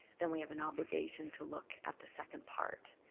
then we have an obligation to look at the second part.